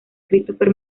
christopher